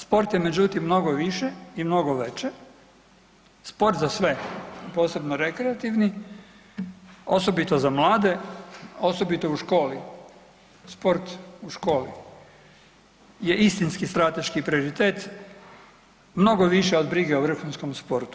Sport je međutim mnogo više i mnogo veće, sport za sve, posebno rekreativni, osobito za mlade, osobito u školi, sport u školi je istinski strateški prioritet, mnogo više od brige o vrhunskom sportu.